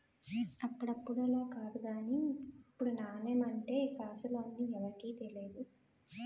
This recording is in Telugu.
అప్పుడులా కాదు గానీ ఇప్పుడు నాణెం అంటే కాసులు అని ఎవరికీ తెలియదు